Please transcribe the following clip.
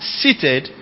seated